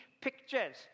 pictures